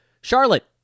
Charlotte